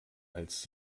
als